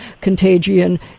contagion